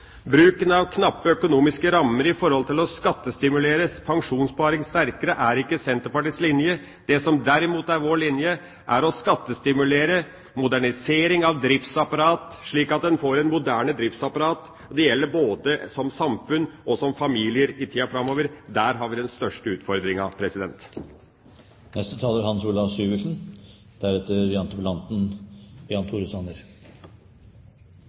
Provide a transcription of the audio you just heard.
Bruken av knappe økonomiske rammer for å skattestimulere pensjonssparing sterkere er ikke Senterpartiets linje. Det som derimot er vår linje, er å skattestimulere modernisering av driftsapparat, slik at en får et moderne driftsapparat. Det gjelder både som samfunn og som familier i tida framover. Der har vi den største